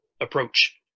approach